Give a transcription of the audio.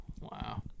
Wow